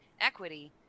equity